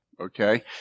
okay